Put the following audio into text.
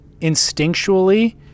instinctually